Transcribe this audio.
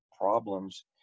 problems